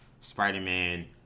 Spider-Man